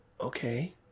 Okay